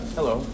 Hello